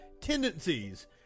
tendencies